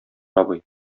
абый